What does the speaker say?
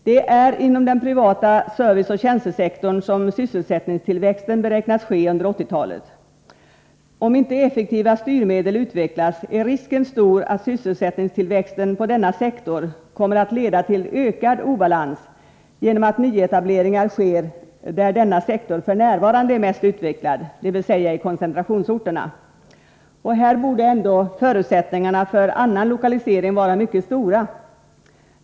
Det är inom den privata serviceoch tjänstesektorn som sysselsättningstillväxten beräknas ske under 1980-talet. Om inte effektiva styrmedel utvecklas, är risken stor att sysselsättningstillväxten på denna sektor kommer att leda till ökad obalans genom att nyetableringar sker där denna sektor f. n. är mest utvecklad, dvs. i koncentrationsorterna. Och här borde ändå förutsättningarna för annan lokalisering vara mycket stora.